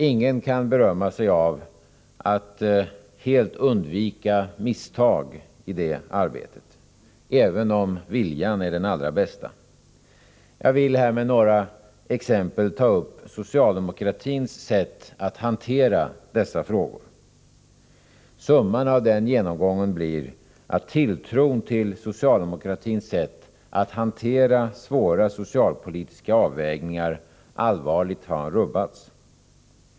Ingen kan berömma sig av att helt undvika misstag i det arbetet, även om viljan är den allra bästa. Jag vill här med några exempel ta upp socialdemokratins sätt att hantera dessa frågor. Summan av den genomgången blir att tilltron till socialdemokratins sätt att hantera svåra socialpolitiska avvägningar allvarligt har rubbats.